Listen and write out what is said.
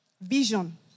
vision